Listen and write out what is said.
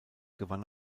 gewann